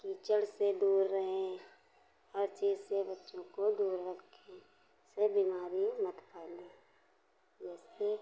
कीचड़ से दूर रहें हर चीज से बच्चों को दूर रखें जिससे बीमारी मत फैले जिससे